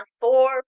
four